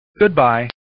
Goodbye